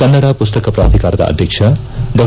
ಕನ್ನಡ ಪುಸ್ತಕ ಪ್ರಾಧಿಕಾರದ ಅಧ್ಯಕ್ಷ ಡಾ